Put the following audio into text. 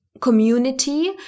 community